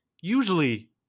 usually